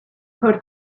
her